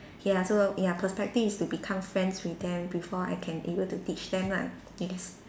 ya so ya perspective is to become friends with them before I can able to teach them lah this